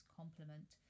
complement